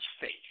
Face